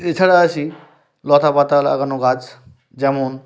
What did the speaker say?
এছাড়া আসি লতাপাতা লাগানো গাছ যেমন